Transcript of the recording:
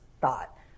thought